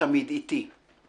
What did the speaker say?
תמיד איתי //